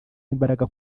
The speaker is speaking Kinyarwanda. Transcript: imbagara